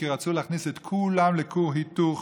כי רצו להכניס את כולם לכור היתוך